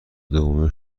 دوم